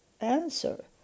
answer